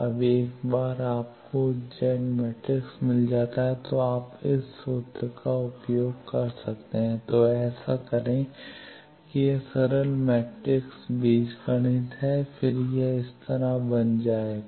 अब एक बार जब आपको Z मैट्रिक्स मिल जाता है तो आप इस सूत्र का उपयोग कर सकते हैं S Z U −1 Z − U तो ऐसा करें कि यह सरल मैट्रिक्स बीजगणित है और फिर यह इस तरह बन जाएगा